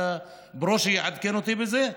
ברושי, עדכן אותי בזה,